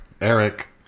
Eric